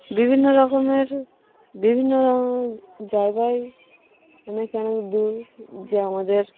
বিভিন্ন রকমের বিভিন্ন জায়গায় অনেক অনেক দূর যে আমাদের